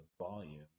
volume